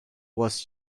was